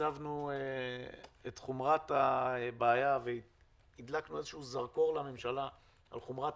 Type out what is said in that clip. הצבנו את חומרת הבעיה והדלקנו איזשהו זרקור לממשלה על חומרת